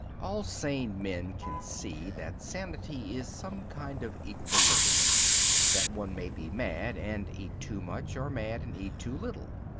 all sane men can see that sanity is some kind of equilibrium that one may be mad and eat too much, or mad and eat too little.